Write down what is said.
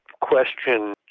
question